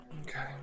Okay